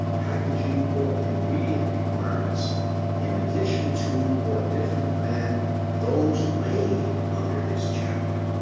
packaging or ingredient requirements in addition to or different than those made under this chapter.